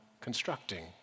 constructing